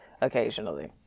occasionally